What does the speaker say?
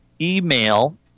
email